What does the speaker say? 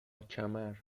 کمر